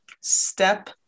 Step